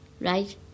right